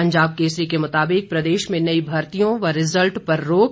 पंजाब केसरी के मुताबिक प्रदेश में नई भर्तियों व रिजल्ट पर रोक